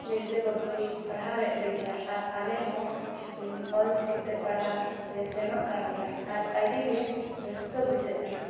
ᱢᱤᱨᱡᱟᱹ ᱵᱟᱵᱩᱭ ᱯᱟᱲᱦᱟᱣᱮᱫ ᱞᱮᱜᱮᱭᱟ ᱟᱨ ᱟᱞᱮ ᱦᱚᱸ ᱚᱞᱪᱤᱠᱤᱛᱮ ᱯᱟᱲᱦᱟᱜ ᱞᱮ ᱥᱮᱱᱚᱜ ᱠᱟᱱ ᱜᱮᱭᱟ ᱟᱨ ᱟᱹᱰᱤ ᱜᱮ ᱨᱟᱹᱥᱠᱟᱹ ᱵᱩᱡᱷᱟᱹᱜ ᱠᱟᱱᱟ